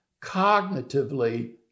cognitively